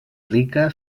rica